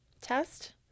test